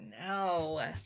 no